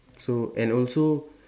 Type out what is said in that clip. so and also